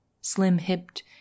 slim-hipped